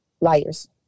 liars